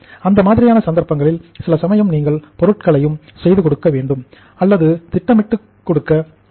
அந்த மாதிரியான சந்தர்ப்பங்களில் சில சமயம் நீங்கள் பொருள்களையும் செய்து கொடுக்க வேண்டும் அல்லது திட்டமிட்டு கொடுக்க கொடுக்க வேண்டும்